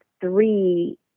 three